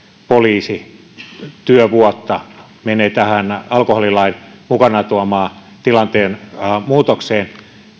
poliisityövuotta menee tähän alkoholilain mukanaan tuomaan tilanteen muutokseen